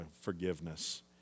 forgiveness